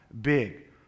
big